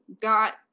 got